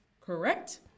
correct